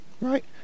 Right